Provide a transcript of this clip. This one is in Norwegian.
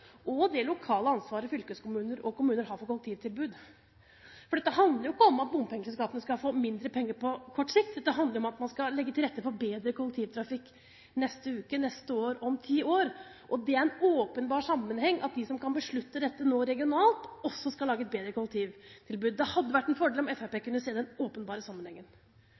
og det lokale ansvaret fylkeskommuner og kommuner har for kollektivtilbud. For dette handler jo ikke om at bompengeselskapene skal få mindre penger på kort sikt. Det handler om at man skal legge til rette for bedre kollektivtrafikk neste uke, neste år og om ti år. Det er en åpenbar sammenheng at de som kan beslutte dette nå – regionalt – også skal lage et bedre kollektivtilbud. Det hadde vært en fordel om Fremskrittspartiet kunne se den åpenbare sammenhengen.